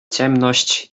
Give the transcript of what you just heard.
ciemność